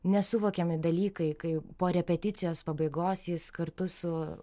nesuvokiami dalykai kai po repeticijos pabaigos jis kartu su